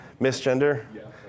misgender